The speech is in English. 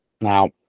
Now